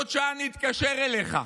בעוד שעה אני אתקשר אליך,